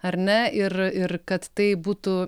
ar ne ir ir kad tai būtų